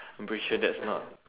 I'm pretty sure that's not